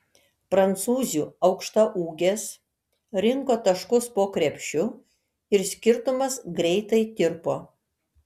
prancūzių aukštaūgės rinko taškus po krepšiu ir skirtumas greitai tirpo